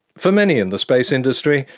for many in the space industry,